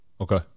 okay